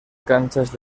canchas